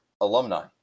alumni